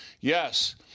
yes